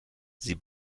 sie